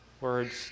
words